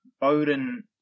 Bowden